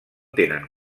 tenen